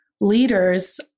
leaders